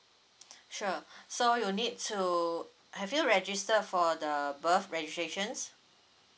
sure so you'll need to have you register for the birth registrations